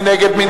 מי נגד?